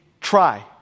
try